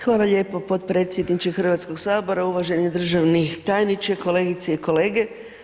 Hvala lijepo potpredsjedniče Hrvatskog sabora, uvaženi državni tajniče, kolegice i kolege.